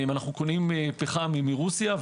אנו קונים פחם מרוסיה.